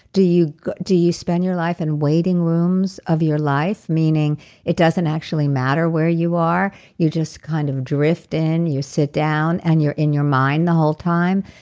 do you do you spend your life in waiting rooms of your life, meaning it doesn't actually matter where you are? you just kind of drift in. you sit down, and you're in your mind the whole time?